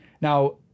Now